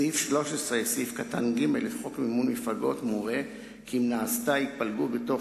סעיף 13(ג) לחוק מימון מפלגות מורה כי אם נעשתה ההתפלגות בתוך